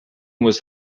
was